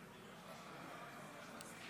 אני קובע כי הצעת